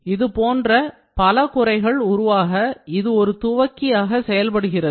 இது போன்ற பல குறைகள் உருவாக இது ஒரு துவக்கியாக செயல்படுகிறது